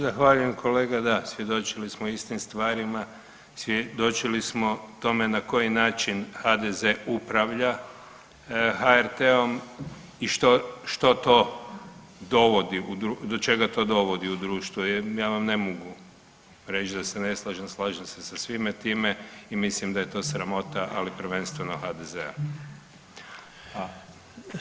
Zahvaljujem kolega, da svjedočili smo istim stvarima, svjedočili smo tome na koji način HDZ upravlja HRT-om i što, i što to dovodi, do čega to dovodi u društvu jer ja vam ne mogu reći da se ne slažem, slažem se sa svime time i mislim da je to sramota ali prvenstveno HDZ-a.